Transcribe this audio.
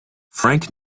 frank